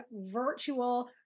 virtual